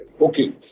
Okay